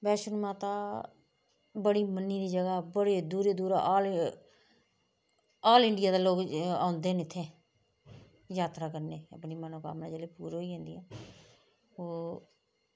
बैष्णो माता बड़ी मन्नी दी जगह् बड़े दूरा दूरा आह्ले आल इंडिया दा लोग औंदे न इत्थै जात्तरा करने अपनी मनोकामनां जेल्लै पूरियां होई जंदिया